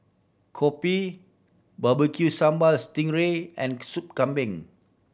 kopi Barbecue Sambal sting ray and Soup Kambing